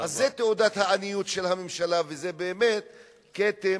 זו תעודת העניות של הממשלה וזה באמת כתם